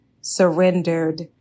surrendered